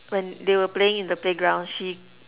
when they were playing in the playground she